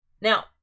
Now